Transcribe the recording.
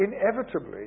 inevitably